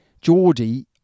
Geordie